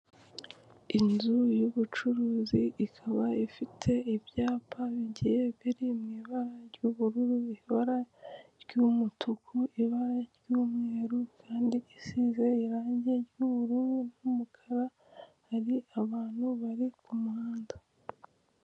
Inzu y'ubucuruzi ikaba ifite ibyapa bigiye biri mu ibara ry'ubururu, ibara ry'umutuku, ibara ry'umweru, kandi isize irangi ry'ubururu n'umukara, hari abantu bari ku muhanda.